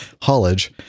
Hollage